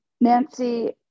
Nancy